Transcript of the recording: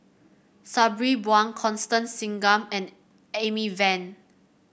Sabri Buang Constance Singam and Amy Van